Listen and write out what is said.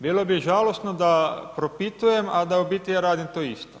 Bilo bi žalosno da propitujem, a da u biti ja radim to isto.